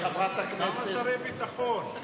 כמה שרי ביטחון?